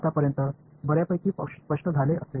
சரி இப்போது வரை தெளிவாக புரிந்து இருக்க வேண்டும்